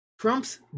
Trump's